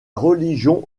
religion